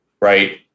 Right